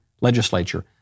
legislature